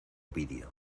ovidio